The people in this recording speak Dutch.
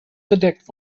gedekt